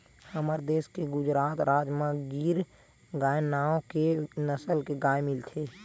हमर देस के गुजरात राज म गीर गाय नांव के नसल के गाय मिलथे